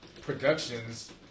productions